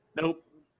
Nope